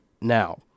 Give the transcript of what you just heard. Now